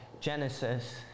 Genesis